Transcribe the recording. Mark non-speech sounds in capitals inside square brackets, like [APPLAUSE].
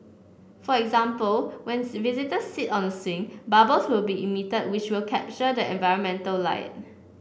for example when [UNINTELLIGIBLE] visitor sit on the swing bubbles will be emitted which will capture the environmental light